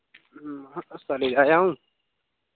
हस हस्ताले दा आया आऊं